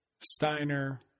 Steiner